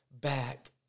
back